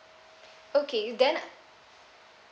okay then